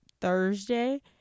Thursday